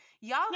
y'all